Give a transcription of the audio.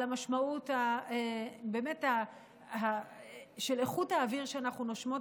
על המשמעות של איכות האוויר שאנחנו נושמות